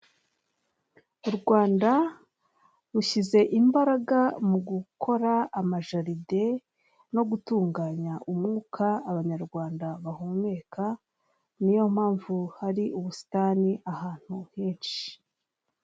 U Rwanda rushyize imbaraga mu gukora amajaride no gutunganya umwuka abanyarwanda bahumeka niyo mpamvu hari ubusitani ahantu henshi.